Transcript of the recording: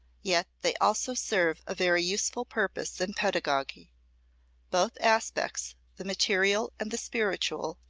yet they also serve a very useful purpose in pedagogy. both aspects, the material and the spiritual,